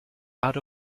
out